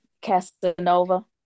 Casanova